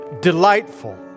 Delightful